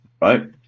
right